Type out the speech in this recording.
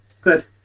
good